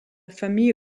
famille